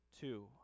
two